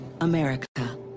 America